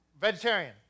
vegetarian